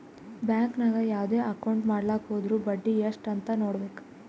bank ನಾಗ್ ಯಾವ್ದೇ account ಮಾಡ್ಲಾಕ ಹೊದುರ್ ಬಡ್ಡಿ ಎಸ್ಟ್ ಅಂತ್ ನೊಡ್ಬೇಕ